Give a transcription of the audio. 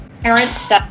parents